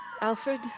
Alfred